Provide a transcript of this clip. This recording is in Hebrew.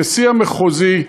נשיא המחוזי,